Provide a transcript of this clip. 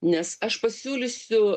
nes aš pasiūlysiu